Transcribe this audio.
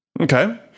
Okay